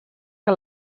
que